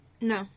No